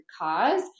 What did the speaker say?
cause